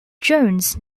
jones